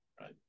right